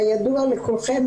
כידוע לכולכם,